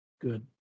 Good